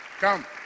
come